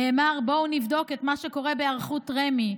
נאמר: בואו נבדוק את מה שקורה בהיערכות רמ"י,